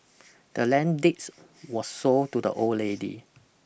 the land deed was sold to the old lady